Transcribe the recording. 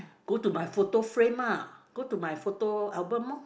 go to my photo frame mah go to my photo album loh